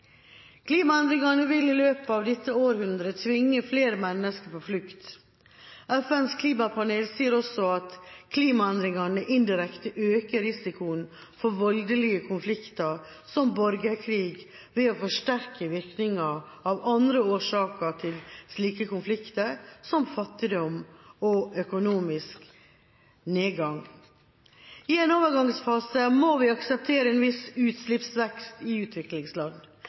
Klimaendringene vil i løpet av dette århundret tvinge flere mennesker på flukt. FNs klimapanel sier også at klimaendringene indirekte øker risikoen for voldelige konflikter som borgerkrig ved å forsterke virkningen av andre årsaker til slike konflikter, som fattigdom og økonomisk nedgang. I en overgangsfase må vi akseptere en viss utslippsvekst i utviklingsland.